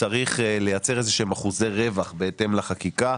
צריך לייצר איזה שהם אחוזי רווח בהתאם לחקיקה.